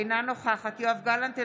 אינה נוכחת יואב גלנט,